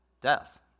death